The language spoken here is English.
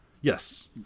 Yes